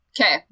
Okay